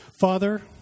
Father